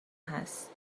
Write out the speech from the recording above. هست